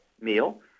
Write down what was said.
meal